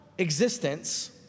existence